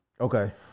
Okay